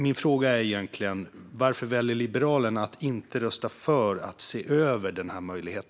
Min fråga är egentligen: Varför väljer Liberalerna att inte rösta för att se över denna möjlighet?